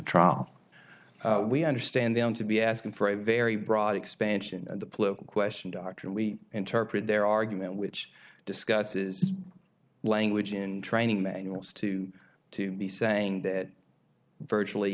trial we understand them to be asking for a very broad expansion of the political question doctrine we interpret their argument which discusses language and training manuals too to be saying that virtually